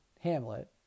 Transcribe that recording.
Hamlet